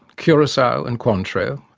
curacao and cointreau,